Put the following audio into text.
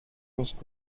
nicht